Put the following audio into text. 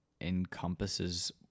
encompasses